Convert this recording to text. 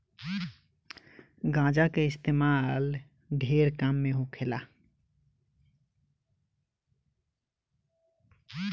गांजा के इस्तेमाल ढेरे काम मे होखेला